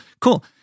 cool